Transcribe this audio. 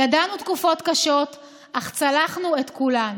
ידענו תקופות קשות אך צלחנו את כולן.